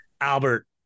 albert